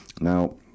Now